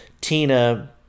Tina